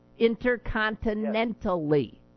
intercontinentally